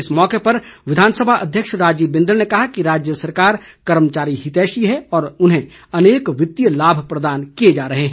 इस मौके पर विधानसभा अध्यक्ष राजीव बिंदल ने कहा कि राज्य सरकार कर्मचारी हितैषी है और उन्हें अनेक वित्तीय लाभ प्रदान किए जा रहे हैं